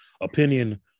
opinion